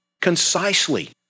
concisely